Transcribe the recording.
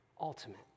ultimate